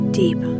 deep